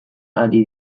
ari